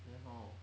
then how